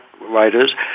writers